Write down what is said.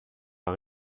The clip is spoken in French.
pas